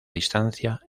distancia